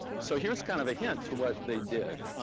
so here's kind of a hint to what they did.